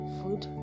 food